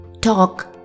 talk